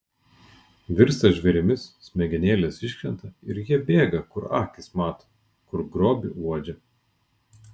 virsta žvėrimis smegenėlės iškrenta ir jie bėga kur akys mato kur grobį uodžia